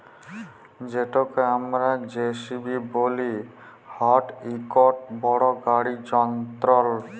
যেটকে আমরা জে.সি.বি ব্যলি ইট ইকট বড় গাড়ি যল্তর